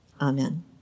Amen